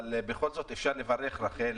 בכל זאת אפשר לברך, רחל,